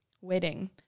wedding